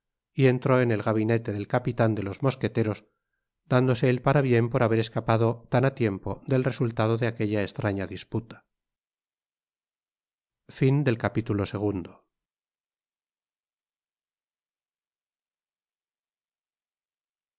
y entró en el gabinete del capitan de los mosqueteros dándose el parabien por haber escapado tan á tiempo del resultado de aquella estraña disputa